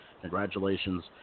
Congratulations